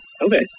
Okay